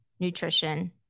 Nutrition